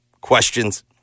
questions